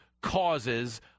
causes